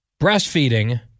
Breastfeeding